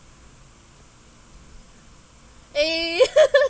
eh